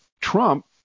Trump